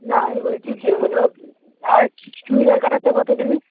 না আমি বলছি যে হলো আর চুড়িদার কাটাতে কতো নেবেন